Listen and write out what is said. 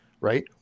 Right